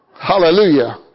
Hallelujah